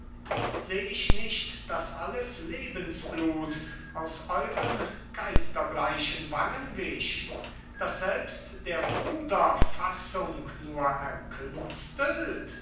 seh ich nicht daß alles lebensblut aus euren geisterbleichen wangen wich daß selbst der bruder fassung nur